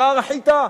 שער החיטה,